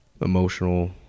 emotional